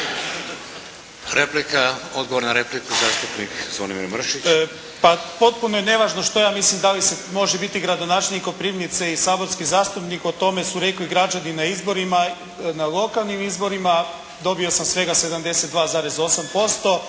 (HDZ)** Odgovor na repliku, zastupnik Zvonimir Mršić. **Mršić, Zvonimir (SDP)** Pa potpuno je nevažno što ja mislim da li se može biti gradonačelnikom Koprivnice i saborski zastupnik, o tome su rekli građani na izborima, na lokalnim izborima, dobio sam svega 72,8%